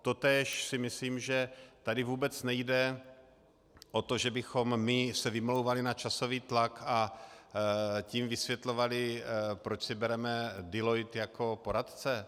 Totéž si myslím, že tady vůbec nejde o to, že bychom my se vymlouvali na časový tlak, a tím vysvětlovali, proč si bereme Deloitte jako poradce.